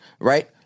right